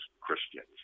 Christians